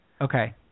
Okay